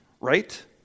Right